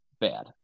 bad